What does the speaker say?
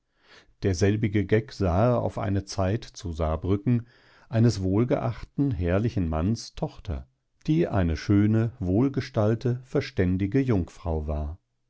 derselbige geck sahe auf eine zeit zu sarbrücken eines wohlgeachten herrlichen manns tochter die eine schöne wohlgestalte verständige jungfrau war